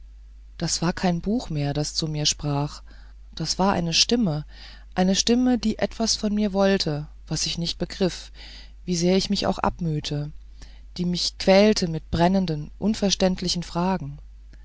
das war kein buch mehr das zu mir sprach das war eine stimme eine stimme die etwas von mir wollte was ich nicht begriff wie sehr ich mich auch abmühte die mich quälte mit brennenden unverständlichen fragen